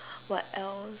what else